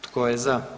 Tko je za?